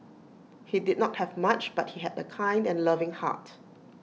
he did not have much but he had A kind and loving heart